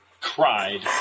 cried